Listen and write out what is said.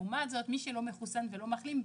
לעומת זאת מי שלא מחוסן ולא מחלים.